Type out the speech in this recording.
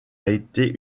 été